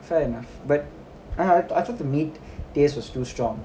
fair enough but i~ I thought the meat taste was too strong